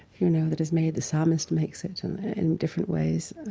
you know, that is made. the psalmist makes it in different ways.